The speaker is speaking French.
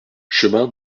chemin